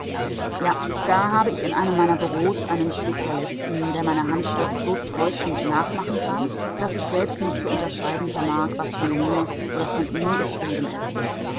ja da habe ich in einem meiner büros einen spezialisten der meine handschrift so täuschend nachmachen kann daß ich selbst nicht zu unterscheiden vermag was von mir oder von ihm geschrieben ist